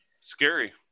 Scary